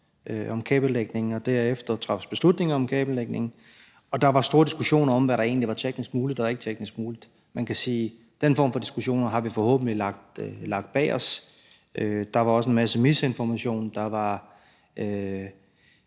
om kabellægningen og derefter træffes beslutning om kabellægningen. Der var stor diskussion om, hvad der egentlig var teknisk muligt og ikke teknisk muligt. Man kan sige, at vi forhåbentlig har lagt den form for diskussioner bag os. Der var også en masse misinformation. Der var